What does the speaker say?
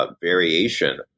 variation